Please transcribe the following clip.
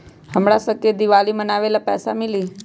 हमरा शव के दिवाली मनावेला पैसा मिली?